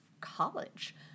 college